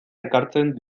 ekartzen